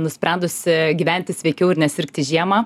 nusprendusi gyventi sveikiau ir nesirgti žiemą